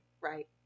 Right